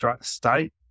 state